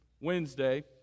Wednesday